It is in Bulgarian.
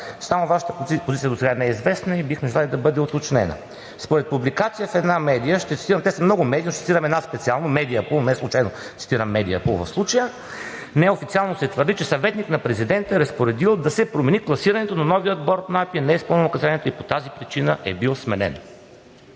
Само Вашата позиция досега не е известна и бихме желали да бъде уточнена. Според публикация в една медия – те са много медии, но ще цитирам една специално – „Медиапул“, неслучайно цитирам „Медиапул“ в случая, неофициално се твърди, че „съветник на президента е разпоредил да се промени класирането на новия борд на АПИ, не е изпълнил указанията и по тази причина е бил сменен“,